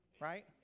right